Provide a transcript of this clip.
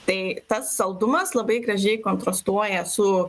tai tas saldumas labai gražiai kontrastuoja su